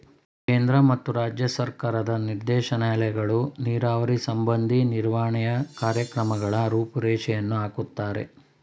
ಕೇಂದ್ರ ಮತ್ತು ರಾಜ್ಯ ಸರ್ಕಾರದ ನಿರ್ದೇಶನಾಲಯಗಳು ನೀರಾವರಿ ಸಂಬಂಧಿ ನಿರ್ವಹಣೆಯ ಕಾರ್ಯಕ್ರಮಗಳ ರೂಪುರೇಷೆಯನ್ನು ಹಾಕುತ್ತಾರೆ